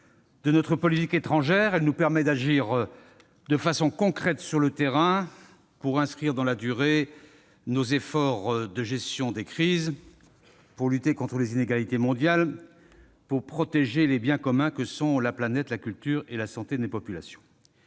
de notre politique étrangère. Elle nous permet d'agir de façon concrète sur le terrain pour inscrire dans la durée nos efforts de gestion des crises, pour lutter contre les inégalités mondiales, pour protéger les biens communs que sont la planète, la culture et la santé des populations.